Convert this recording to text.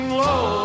low